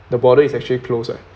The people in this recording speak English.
the border is actually close right